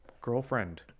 girlfriend